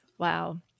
Wow